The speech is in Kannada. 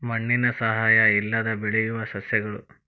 ಮಣ್ಣಿನ ಸಹಾಯಾ ಇಲ್ಲದ ಬೆಳಿಯು ಸಸ್ಯಗಳು